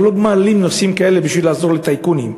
אנחנו לא מעלים נושאים כאלה בשביל לעזור לטייקונים.